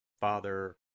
Father